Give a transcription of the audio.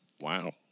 Wow